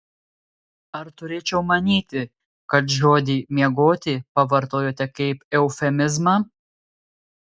ar turėčiau manyti kad žodį miegoti pavartojote kaip eufemizmą